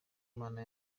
mana